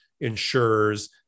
insurers